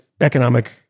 economic